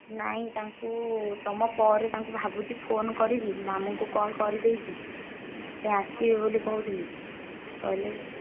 ନାଇଁ ତାଙ୍କୁ ତୁମ ପରେ ତାଙ୍କୁ ଭାବୁଛି ଫୋନ୍ କରିବି ମାମୁଁଙ୍କୁ କଲ୍ କରିଦେଇଛି ସେ ଆସିବେ ବୋଲି କହୁଥିଲେ କହିଲେ